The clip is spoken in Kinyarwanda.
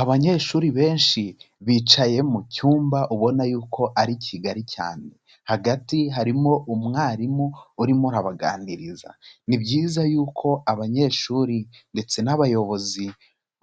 Abanyeshuri benshi bicaye mu cyumba ubona y'uko ari kigari cyane, hagati harimo umwarimu urimo arabaganiriza, ni byiza y'uko abanyeshuri ndetse n'abayobozi